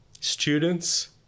students